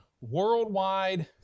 worldwide